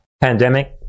Pandemic